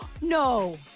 No